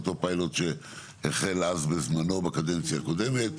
אותו פיילוט שהחל אז בזמנו בקדנציה הקודמת,